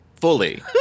fully